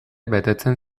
betetzen